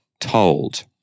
told